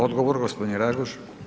Odgovor, g. Raguž.